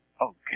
okay